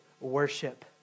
worship